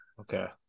okay